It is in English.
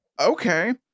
okay